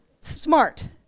smart